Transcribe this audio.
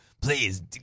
Please